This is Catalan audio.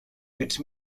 fets